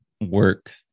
work